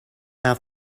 have